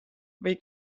või